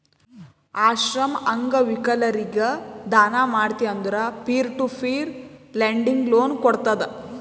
ಆಶ್ರಮ, ಅಂಗವಿಕಲರಿಗ ದಾನ ಮಾಡ್ತಿ ಅಂದುರ್ peer to peer lending loan ಕೋಡ್ತುದ್